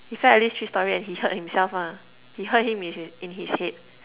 he fell at least three storey and he hurt himself ah he hurt him in his~ in his head